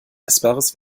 essbares